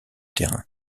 terrain